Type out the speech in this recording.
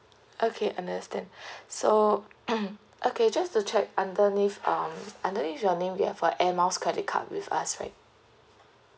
okay understand so okay just to check underneath um underneath your name you have a air miles credit card with us right